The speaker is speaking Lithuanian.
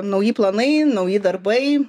nauji planai nauji darbai